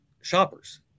shoppers